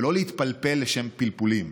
ולא להתפלפל לשם פלפולים.